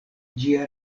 ĝia